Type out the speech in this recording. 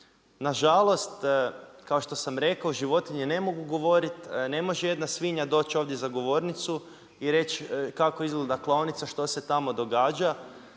Nažalost, kao što sam rekao, životinje ne mogu govoriti, ne može jedna svinja doći ovdje za govornicu i reći kako izgleda klaonica, što se tamo događa,